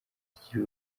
zigira